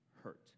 hurt